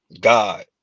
god